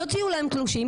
יוציאו להם תלושים,